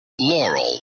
Laurel